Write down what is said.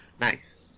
Nice